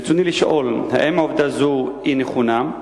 ברצוני לשאול: 1. האם נכון הדבר?